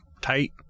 tight